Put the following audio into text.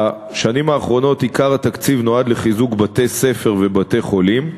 בשנים האחרונות עיקר התקציב נועד לחיזוק בתי-ספר ובתי-חולים.